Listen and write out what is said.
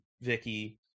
vicky